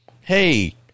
hey